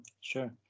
Sure